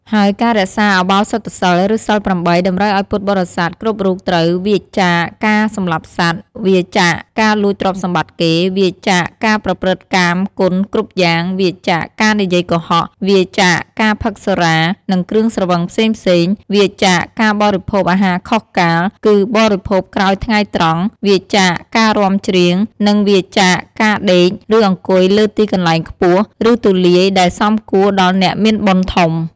ហើយការរក្សាឧបោសថសីល ឬសីល ៨ តម្រូវឲ្យពុទ្ធបរិស័ទគ្រប់រូបត្រូវ វៀរចាកការសម្លាប់សត្វ វៀរចាកការលួចទ្រព្យសម្បត្តិគេ វៀរចាកការប្រព្រឹត្តកាមគុណគ្រប់យ៉ាង វៀរចាកការនិយាយកុហក វៀរចាកការផឹកសុរា និងគ្រឿងស្រវឹងផ្សេងៗ វៀរចាកការបរិភោគអាហារខុសកាល គឺបរិភោគក្រោយថ្ងៃត្រង់ វៀរចាកការរាំច្រៀង និងវៀរចាកការដេក ឬអង្គុយលើទីកន្លែងខ្ពស់ ឬទូលាយដែលសមគួរដល់អ្នកមានបុណ្យធំ។